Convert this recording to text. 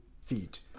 feet